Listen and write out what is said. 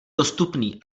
dostupný